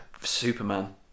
Superman